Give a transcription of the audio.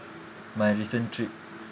my recent trip